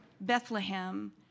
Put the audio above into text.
Bethlehem